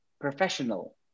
professional